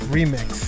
Remix